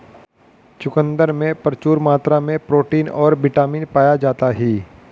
चुकंदर में प्रचूर मात्रा में प्रोटीन और बिटामिन पाया जाता ही